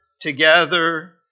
together